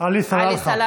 נגד בצלאל